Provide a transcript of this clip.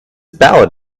ballad